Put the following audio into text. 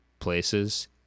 Places